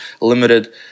limited